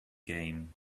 game